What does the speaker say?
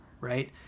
right